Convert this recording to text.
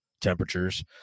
temperatures